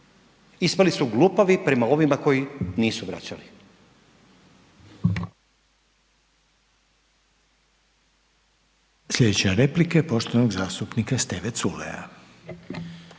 ispali su glupavi prema ovima koji nisu vraćali.